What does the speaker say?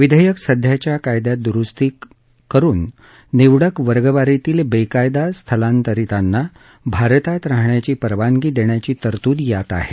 विधेयक सध्याच्या कायद्यात दुरूस्ती करून निवडक वर्गवारीतील बेकायदा स्थलांतरितांना भारतात राहण्याची परवानगी देण्याची तरतूद यात आहे